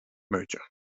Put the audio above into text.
merger